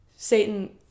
Satan